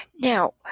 Now